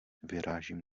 vyrážím